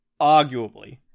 Arguably